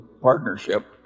partnership